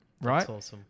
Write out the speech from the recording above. Right